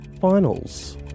finals